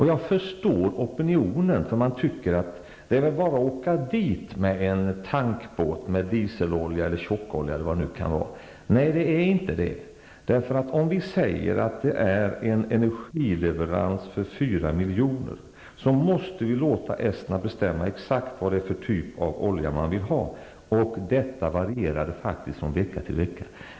Jag förstår opinionen, eftersom man kan tycka att det väl bara är att åka dit med en tankbåt med dieselolja eller tjockolja. Men detta är inte fallet. Om vi säger att det är fråga om en energileverans motsvarande ett värde av 4 milj.kr., måste vi låta Estland bestämma exakt vilken typ av olja man vill ha -- och detta varierade faktiskt från vecka till vecka.